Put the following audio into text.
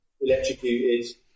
electrocuted